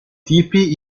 tipi